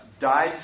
died